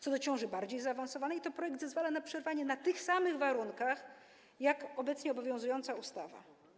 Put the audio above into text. Co do ciąży bardziej zaawansowanej to projekt zezwala na jej przerwanie na tych samych warunkach jak obecnie obowiązująca ustawa.